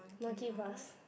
monkey bars